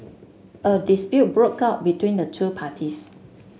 a dispute broke out between the two parties